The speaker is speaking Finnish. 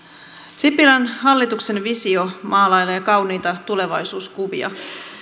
sipilän hallituksen visio maalailee kauniita tulevaisuuskuvia